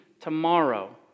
tomorrow